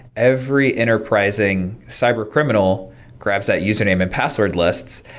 every enterprising cyber-criminal grabs that username and password lists,